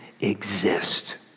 exist